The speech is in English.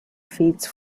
feeds